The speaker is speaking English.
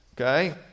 okay